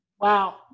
Wow